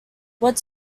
what